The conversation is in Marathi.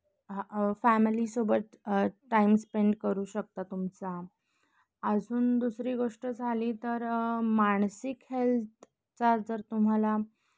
ह फॅमिलीसोबत टाईम स्पेंड करू शकता तुमचा अजून दुसरी गोष्ट झाली तर मानसिक हेल्थचा जर तुम्हाला